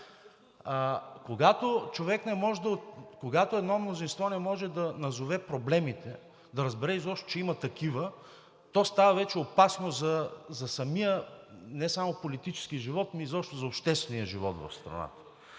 мнозинство не може да назове проблемите, да разбере изобщо, че има такива, то става вече опасно не само за политическия живот, но изобщо за обществения живот в страната.